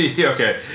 okay